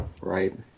Right